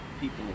people